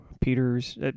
Peter's